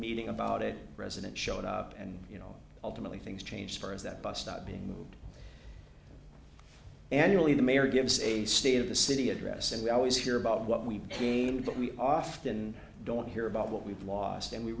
meeting about it resident showed up and you know ultimately things change for is that bus stop being moved annually the mayor gives a state of the city address and we always hear about what we've seen but we often don't hear about what we've lost and we